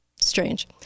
Strange